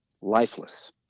lifeless